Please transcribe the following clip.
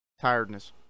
tiredness